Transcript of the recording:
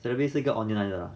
celebi 是一个 online 的 ah